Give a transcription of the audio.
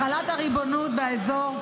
החלת הריבונות באזור,